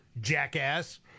Jackass